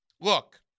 Look